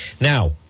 Now